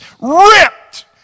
ripped